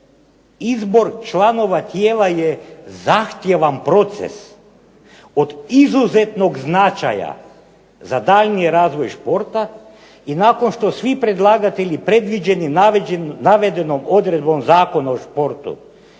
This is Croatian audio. izbor članova tijela je zahtjevan proces od izuzetnog značaja za daljnji razvoj športa. I nakon što svi predlagatelji previđeni navedenom odredbom Zakona o športu